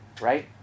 Right